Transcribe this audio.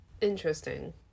Interesting